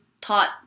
taught